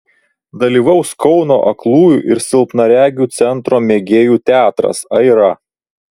dalyvaus kauno aklųjų ir silpnaregių centro mėgėjų teatras aira